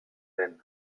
den